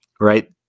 right